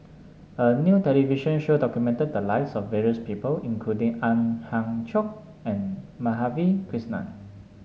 a new television show documented the lives of various people including Ang Hiong Chiok and Madhavi Krishnan